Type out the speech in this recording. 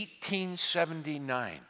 1879